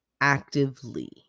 actively